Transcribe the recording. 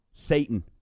satan